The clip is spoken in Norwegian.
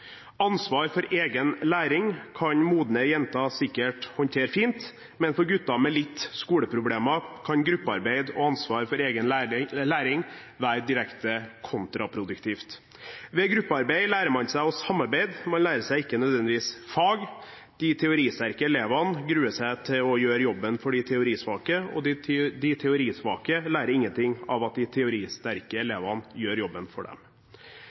Ansvar for egen læring kan modne jenter sikkert håndtere fint, men for gutter med litt skoleproblemer, kan gruppearbeid og ansvar for egen læring være direkte kontraproduktivt. Ved gruppearbeid lærer man seg å samarbeide, man lærer seg ikke nødvendigvis fag. De teoristerke elevene gruer seg til å gjøre jobben for de teorisvake, og de teorisvake lærer ingenting av at de teoristerke elevene gjør jobben for dem.